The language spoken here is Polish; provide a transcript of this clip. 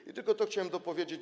I tylko to chciałem dopowiedzieć.